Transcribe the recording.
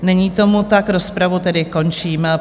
Není tomu tak, rozpravu tedy končím.